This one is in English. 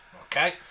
Okay